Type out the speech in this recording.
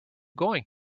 going